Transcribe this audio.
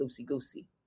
loosey-goosey